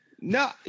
no